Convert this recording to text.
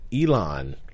Elon